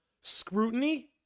scrutiny